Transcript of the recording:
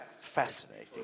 fascinating